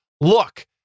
look